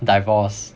divorce